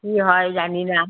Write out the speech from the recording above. কী হয় জানি না